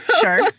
sure